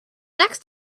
next